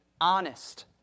honest